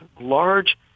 large